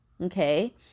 Okay